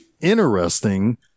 interesting